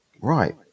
right